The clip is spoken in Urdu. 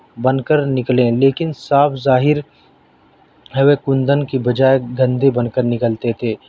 بن کر نکلیں لیکن صاف ظاہر ہے وہ کندن کے بجائے گندے بن کر نکلتے تھے